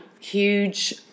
huge